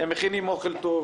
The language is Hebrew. הם מכינים אוכל טוב,